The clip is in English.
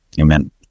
Amen